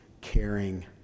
caring